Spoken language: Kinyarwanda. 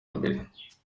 mbere